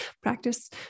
practice